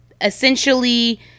essentially